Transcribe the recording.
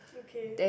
okay